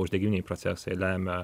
uždegiminiai procesai lemia